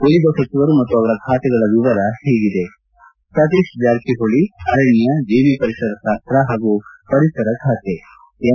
ಉಳಿದ ಸಚಿವರು ಮತ್ತು ಅವರ ಖಾತೆಗಳ ವಿವರ ಹೀಗಿದೆ ಸತೀಶ್ ಜಾರಕಿಹೊಳಿ ಅರಣ್ಣ ಜೀವಿ ಪರಿಸರ ಶಾಸ್ತ ಹಾಗೂ ಪರಿಸರ ಖಾತೆ ಎಂ